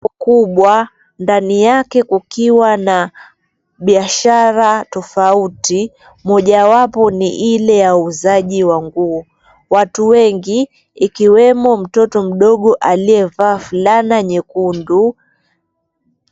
Jengo kubwa ndani yake kukiwa na biashara tofauti moja wapo ni ile ya uuzaji wa nguo. Watu wengi ikiwemo mtoto mdogo alievaa fulana nyekundu.